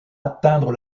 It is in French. atteindre